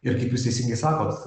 ir kaip jūs teisingai sakot